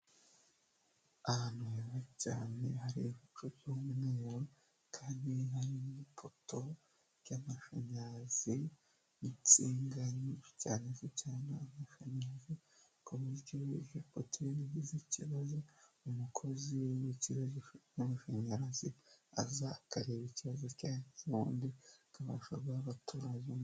Ahantu habi cyane hari ibicu byombi kandi hari n'ipoto ry'amashanyarazi n'insinga nyinshi cyane zijyana amashanyarazi iyo hakize ikibazo umukozi w'ikigo cy'amashanyarazi aza akareba ikibazo cya ubundi akabasha guha abaturage.